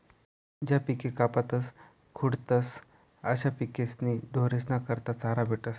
ज्या पिके कापातस खुडातस अशा पिकेस्पाशीन ढोरेस्ना करता चारा भेटस